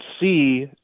see